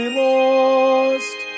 lost